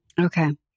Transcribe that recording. Okay